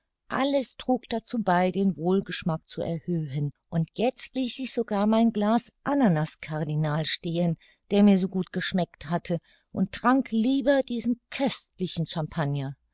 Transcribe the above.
alles trug dazu bei den wohlgeschmack zu erhöhen und jetzt ließ ich sogar mein glas ananaskardinal stehen der mir so gut geschmeckt hatte und trank lieber diesen köstlichen champagner